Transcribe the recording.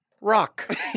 rock